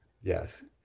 Yes